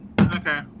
Okay